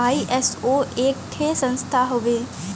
ISO एक ठे संस्था हउवे